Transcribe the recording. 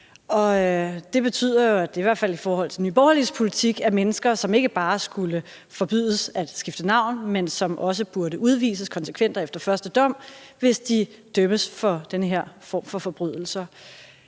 det betyder jo, at det i hvert fald i forhold til Nye Borgerliges politik er mennesker, som ikke bare skulle forbydes at skifte navn, men som også burde udvises konsekvent og efter første dom, hvis de dømmes for den her form for forbrydelser.